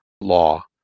law